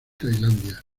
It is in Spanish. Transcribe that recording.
tailandia